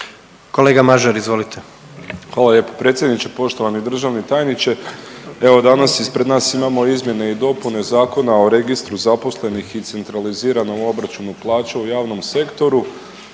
**Mažar, Nikola (HDZ)** Hvala lijepo predsjedniče, poštovani državni tajniče. Evo danas ispred nas imamo izmjene i dopune Zakona o registru zaposlenih i centraliziranom obračunu plaća u javnom sektoru.